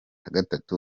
gatatu